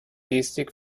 gestik